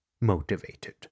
motivated